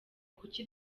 kuki